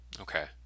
okay